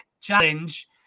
challenge